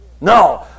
no